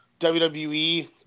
WWE